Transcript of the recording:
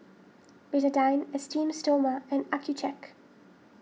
Betadine Esteem Stoma and Accucheck